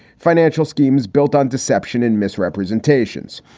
financial schemes built on deception and misrepresentations.